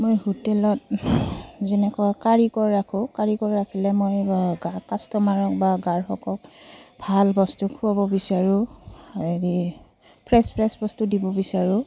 মই হোটেলত যেনেকুৱা কাৰিকৰ ৰাখোঁ কাৰিকৰ ৰাখিলে মই কাষ্টমাৰক বা গ্ৰাহকক ভাল বস্তু খোৱাব বিচাৰোঁ হেৰি ফ্ৰেছ ফ্ৰেছ বস্তু দিব বিচাৰোঁ